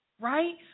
right